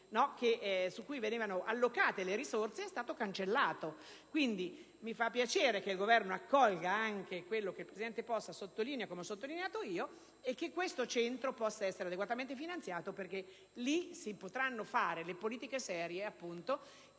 su cui venivano allocate le risorse è stato cancellato. Mi fa piacere che il Governo accolga quello che il presidente Possa ed io abbiamo sottolineato e che questo centro possa essere adeguatamente finanziato perché in quella sede si potranno fare le politiche serie che,